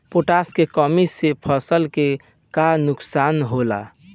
Potash के कमी से फसल के का नुकसान होला?